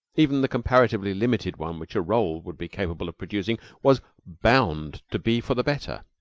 even the comparatively limited one which a roll would be capable of producing, was bound to be for the better.